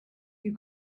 you